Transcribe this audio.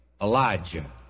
Elijah